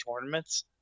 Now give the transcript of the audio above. tournaments